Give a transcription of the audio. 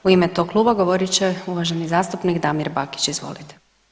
U ime tog kluba govorit će uvaženi zastupnik Damir Bakić, izvolite.